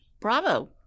Bravo